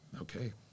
okay